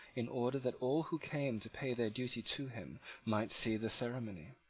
in order that all who came to pay their duty to him might see the ceremony.